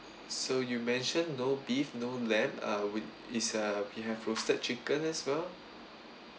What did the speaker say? so you mentioned no beef no lamb uh which is uh we have roasted chicken as well